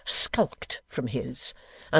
skulked from his,